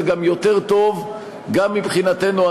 זה יותר טוב גם מבחינתנו,